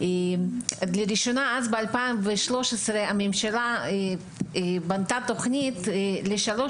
הממשלה ב-2013 בנתה לראשונה תוכנית לשלוש